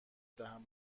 دهم